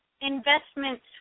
investments